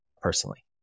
personally